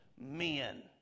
men